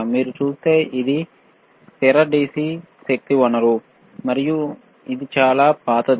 మీరు చూస్తేఇది కుడి స్థిర DC శక్తి వనరు మరియు ఇది చాలా పాతది